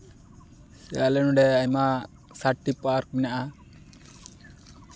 ᱟᱞᱮ ᱚᱸᱰᱮ ᱟᱭᱢᱟ ᱥᱟᱴ ᱴᱤ ᱯᱟᱨᱠ ᱢᱮᱱᱟᱜᱼᱟ